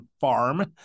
farm